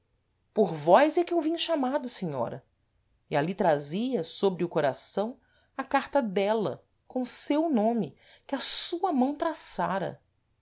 por vós é que eu vim chamado senhora e ali trazia sôbre o coração a carta dela com seu nome que a sua mão traçara